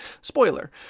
Spoiler